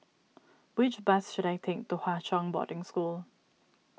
which bus should I take to Hwa Chong Boarding School